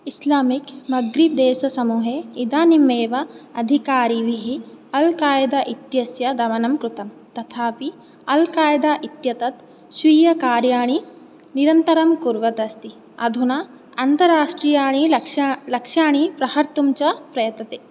Islamic मग्रिब्देशसमूहे इदानीमेव अधिकारिभिः अल् कायदा इत्यस्य दमनं कृतम् तथापि अल् कायदा इत्येतत् स्वीयकार्याणि निरन्तरं कुर्वत् अस्ति अधुना अन्ताराष्ट्रियाणि लक्ष लक्ष्याणि प्रहर्तुं च प्रयतते